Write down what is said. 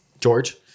George